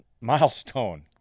Milestone